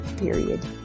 period